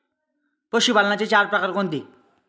पशुपालनाचे चार प्रकार कोणते?